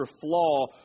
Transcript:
flaw